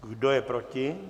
Kdo je proti?